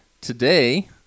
today